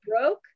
broke